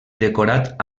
decorat